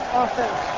offense